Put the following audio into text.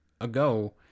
ago